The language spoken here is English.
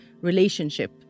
relationship